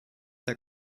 der